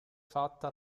fatta